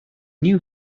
new